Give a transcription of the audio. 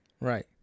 Right